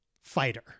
fighter